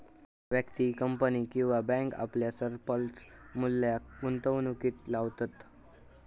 व्यक्ती, कंपनी किंवा बॅन्क आपल्या सरप्लस मुल्याक गुंतवणुकीत लावतत